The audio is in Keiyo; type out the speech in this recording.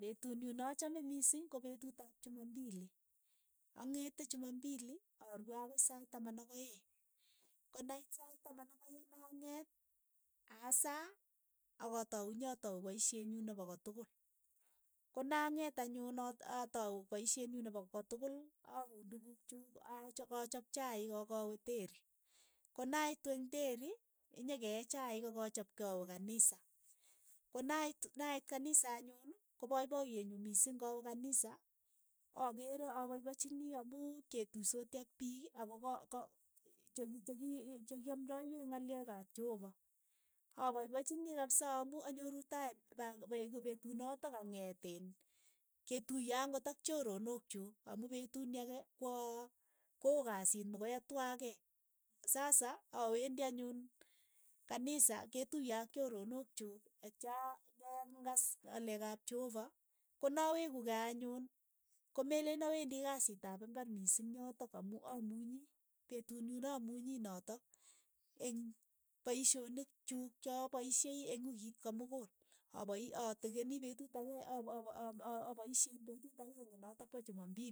Aya petut nyu nachame mising ko petut ap chumambili, ang'ete chuma mbili arue akoi sait taman ak aeng', ko nait sait taman ak aeng' ang'et, asaa, akatau eng' yotok paishet nyuu nepo kotukul, ko na ng'et anyun at- atau paishet nyuu nepo kotukul auun tukuk chuk, achap kochop chaik ak awe terii, ko naitu eng' teri nyekeee chaik ak achap kei awe kanisa, konait nait kanisa anyun ko paipaiyet nyu misiing kawe kanisa, akere apapaichini amu ipketusoti ak piik ako ka- ka cheki cheki che ki amndaiyweech ng'olyoot ap cheopa, apaipachini kapisa amu anyoru taim pa- peku petut notok ang'et iin ketuiye ang'ot ak choronokchuuk amu petut ni ake kwa koo kassit, mo koi atwaakei, sasa awendi anyun kanisa ketuiye ak choronok chuk atya kekas ng'alek ap cheopa konaweku kei anyun, komeleen awendi kasit ap imbar mising yotok amu amunyi, petut nyu namunyi notok eng' paishonik chuuk cha paishei eng' wikiit komukul, aa- tekeni petut akee a- a- aapaishe petut akeng'e notok pa chumambili.